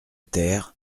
terre